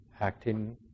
acting